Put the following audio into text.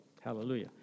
Hallelujah